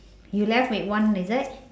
you left with one is it